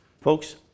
Folks